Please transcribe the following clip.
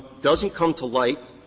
doesn't come to light,